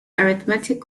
arithmetic